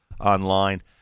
online